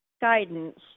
guidance